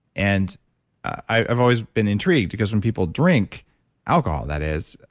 and i've always been intrigued because when people drink alcohol, that is,